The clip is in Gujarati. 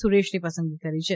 સુરેશની પસંદગી કરી છે